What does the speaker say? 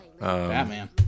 Batman